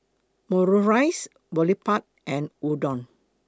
Omurice Boribap and Udon